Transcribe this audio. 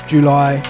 July